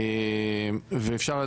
ואפשר,